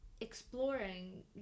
exploring